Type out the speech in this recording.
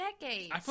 decades